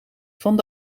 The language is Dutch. van